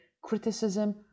criticism